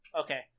Okay